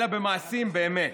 אלא במעשים באמת,